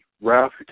Ralph